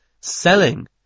selling